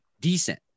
decent